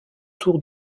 tour